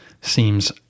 seems